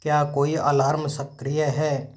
क्या कोई अलार्म सक्रिय है